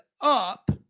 up